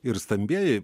ir stambieji